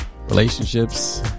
Relationships